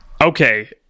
Okay